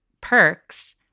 perks